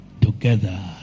together